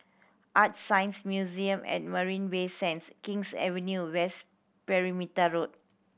ArtScience Museum at Marina Bay Sands King's Avenue West Perimeter Road